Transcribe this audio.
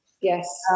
yes